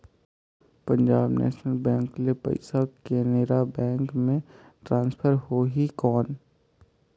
Punjab national ले पइसा Canara bank मे ट्रांसफर होहि कौन?